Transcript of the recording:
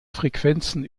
frequenzen